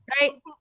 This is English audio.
Right